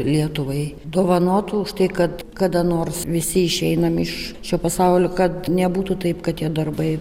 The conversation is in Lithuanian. lietuvai dovanotų už tai kad kada nors visi išeinam iš šio pasaulio kad nebūtų taip kad tie darbai